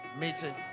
meeting